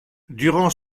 durant